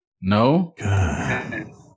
No